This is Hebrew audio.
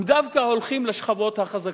הם דווקא הולכים לשכבות החזקות,